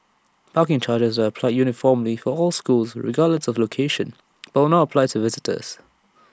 parking charges are applied uniformly for all schools regardless of location but will not apply to visitors